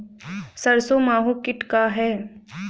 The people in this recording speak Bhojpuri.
सरसो माहु किट का ह?